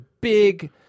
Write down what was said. big